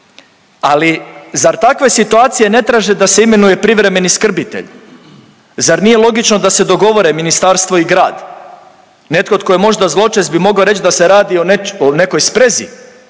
ali zar takve situacije ne traže da se imenuje privremeni skrbitelj? Zar nije logično da se dogovore ministarstvo i grad? Netko tko je možda zločest bi mogao reći da se radi o nekoj sprezi